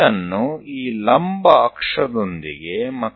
C ને ઊભી અક્ષ સાથે જોડો